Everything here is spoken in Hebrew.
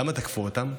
למה תקפו אותם?